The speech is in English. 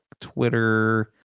Twitter